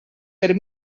per